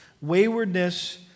Waywardness